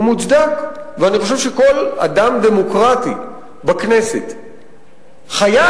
הוא מוצדק, ואני חושב שכל אדם דמוקרטי בכנסת חייב,